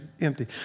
empty